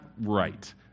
right